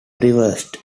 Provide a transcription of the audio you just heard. reversed